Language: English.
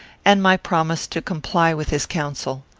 and my promise to comply with his counsel.